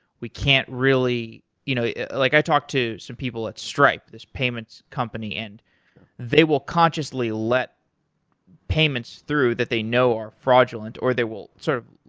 we can't really you know like i talk to some people at stripe, this payment company, and they will consciously let payments through that they know are fraudulent or they will sort of